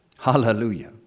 Hallelujah